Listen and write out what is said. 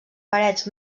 parets